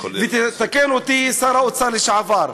תקן אותי שר האוצר לשעבר.